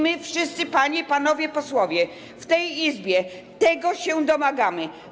My wszyscy, panie i panowie posłowie, w tej Izbie tego się domagamy.